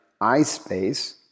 I-space